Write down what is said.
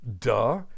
duh